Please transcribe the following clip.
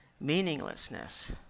meaninglessness